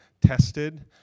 tested